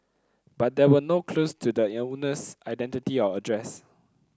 but there were no clues to the owner's identity or address